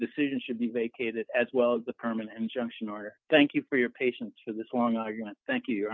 decision should be vacated as well as the permanent injunction order thank you for your patience for this long argument thank you